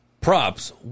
props